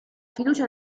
fiducia